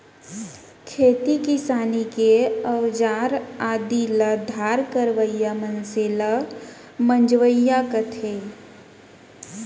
खेती किसानी के अउजार आदि ल धार करवइया मनसे ल मंजवइया कथें